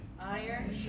iron